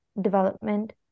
development